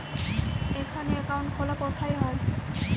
এখানে অ্যাকাউন্ট খোলা কোথায় হয়?